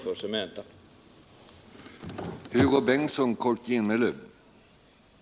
Energiforskning, 130